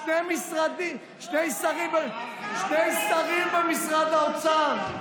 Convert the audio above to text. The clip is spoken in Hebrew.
שני שרים במשרד האוצר,